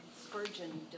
Spurgeon